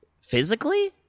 Physically